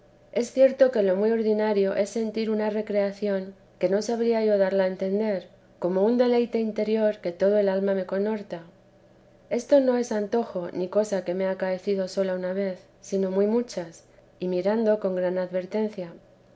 es cierto que lo muy ordinario es sentir una recreación que no sabría yo darla a entender con un deleite interior que toda el alma me conhorta esto no es antojo ni cosa que me ha acaecido sola una vez sino muy muchas y mirado con gran advertencia